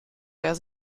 wer